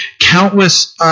countless